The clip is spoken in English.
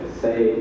say